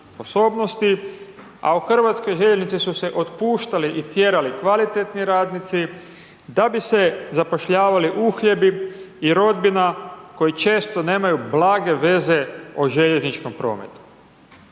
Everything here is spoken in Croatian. a u HŽ su se otpuštali i tjerali kvalitetni radnici da bi se zapošljavali uhljebi i rodbina koji često nemaju blage veze o željezničkom prometu.